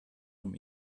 vom